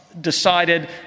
decided